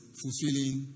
fulfilling